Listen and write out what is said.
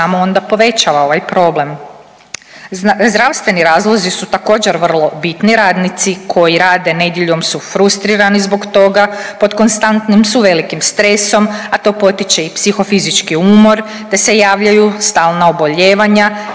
samo onda povećava ovaj problem. Zdravstveni razlozi su također vrlo bitni, radnici koji rade nedjeljom su frustrirani zbog toga, pod konstantnim su velikim stresom, a to potiče i psihofizički umor, te se javljaju stalna oboljevanja,